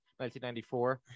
1994